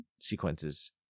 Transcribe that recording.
sequences